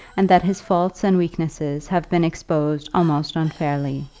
and that his faults and weaknesses have been exposed almost unfairly.